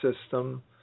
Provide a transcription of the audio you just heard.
system